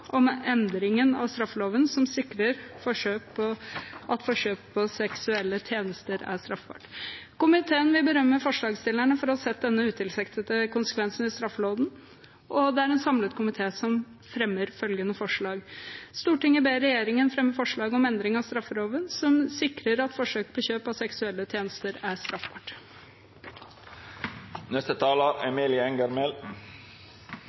om endring av straffeloven som sikrer at forsøk på kjøp av seksuelle tjenester er straffbart. Komiteen vil berømme forslagsstillerne for å ha sett denne utilsiktede konsekvensen i straffeloven, og en samlet komité fremmer følgende forslag: «Stortinget ber regjeringen fremme forslag om endring av straffeloven som sikrer at forsøk på kjøp av seksuelle tjenester er straffbart.»